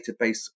database